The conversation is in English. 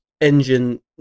engine